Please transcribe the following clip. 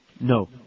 no